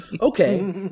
Okay